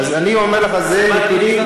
אז אני אומר לך שאלה נתונים,